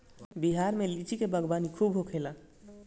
बिहार में लीची के बागवानी खूब होखेला